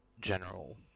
general